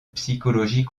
psychologie